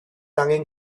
angen